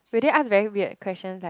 do they ask very weird questions like